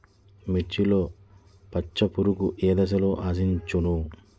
మిర్చిలో పచ్చ పురుగు ఏ దశలో ఆశించును?